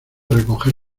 recoger